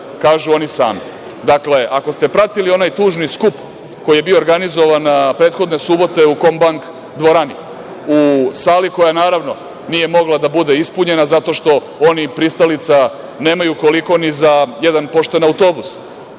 kažu oni sami. Dakle, ako ste pratili onaj tužni skup koji je bio organizovan prethodne subote u Komank dvorani u sali koja, naravno, nije mogla da bude ispenja zato što oni pristalica nemaju koliko ni za jedan pošten autobus.